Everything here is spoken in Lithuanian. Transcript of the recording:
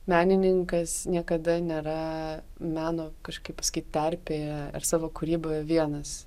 menininkas niekada nėra meno kažkaip terpėje ir savo kūryboje vienas